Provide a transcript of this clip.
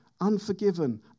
unforgiven